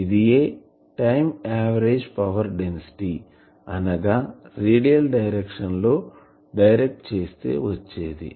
ఇదియే time average power density అనగా radial direction లో డైరెక్ట్ చేస్తే వచ్చేది